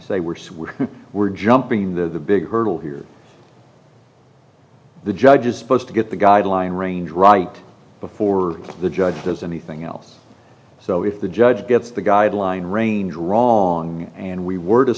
say worse we were jumping the big hurdle here the judge is supposed to get the guideline range right before the judge does anything else so if the judge gets the guideline range wrong and we were to